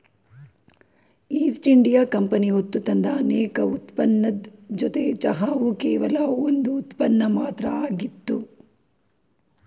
East India company ಹೊತ್ತುತಂದ ಅನೇಕ ಉತ್ಪನ್ನದ್ ಜೊತೆ ಚಹಾವು ಕೇವಲ ಒಂದ್ ಉತ್ಪನ್ನ ಮಾತ್ರ ಆಗಿತ್ತು